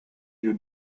you